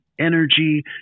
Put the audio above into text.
energy